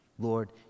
Lord